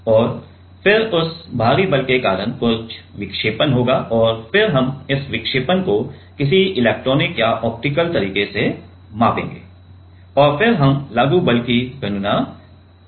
और फिर उस बाहरी बल के कारण कुछ विक्षेपण होगा और फिर हम इस विक्षेपण को किसी इलेक्ट्रॉनिक या ऑप्टिकल तरीके से मापेंगे और फिर हम लागू बल की गणना कर सकते हैं